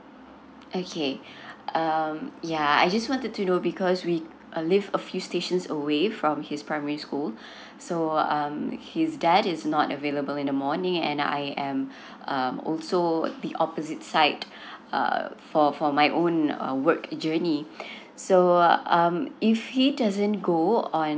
okay um yeah I just wanted to know because we uh live a few stations away from his primary school so um his dad is not available in the morning and I am um also the opposite side err for for my own work journey so um if he doesn't go on